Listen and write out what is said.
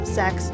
sex